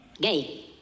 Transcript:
gay